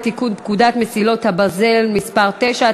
חוק לתיקון פקודת מסילות הברזל (מס' 9),